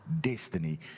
destiny